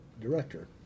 director